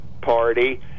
party